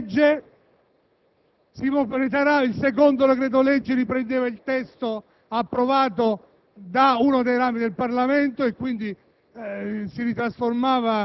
si reiteravano i decreti-legge, il secondo decreto-legge riprendeva il testo approvato da uno dei rami del Parlamento